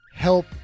Help